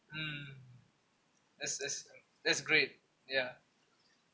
mm that's that's that's great ya